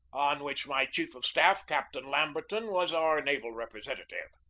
on which my chief of staff, captain lamberton, was our naval repre sentative.